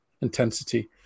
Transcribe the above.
intensity